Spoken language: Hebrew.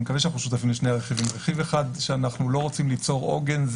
אני מקווה שאנחנו שותפים לשניהם: רכיב אחד שאנחנו לא רוצים ליצור עוגן,